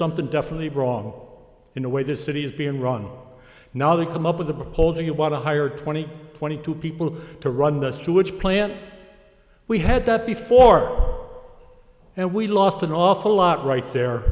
something definitely wrong in the way this city is being wrong now they come up with a poll do you want to hire twenty twenty two people to run the sewage plant we had that before and we lost an awful lot right there